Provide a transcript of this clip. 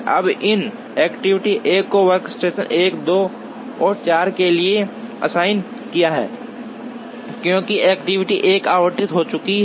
अब हमने एक्टिविटी 1 को वर्कस्टेशन 1 2 और 4 के लिए असाइन किया है क्योंकि एक्टिविटी 1 आवंटित हो चुकी है